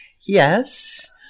Yes